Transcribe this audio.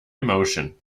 emotion